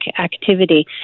activity